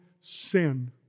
sin